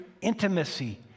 intimacy